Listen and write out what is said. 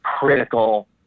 critical